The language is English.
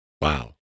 Wow